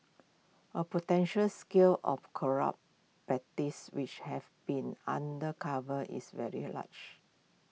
all potential scale of corrupt practices which have been under covered is very large